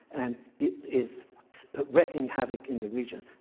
and it is wreaking havoc in the region.